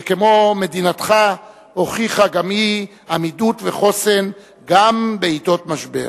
שכמו מדינתך הוכיחה גם היא עמידות וחוסן גם בעתות משבר.